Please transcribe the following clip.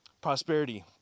prosperity